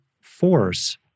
force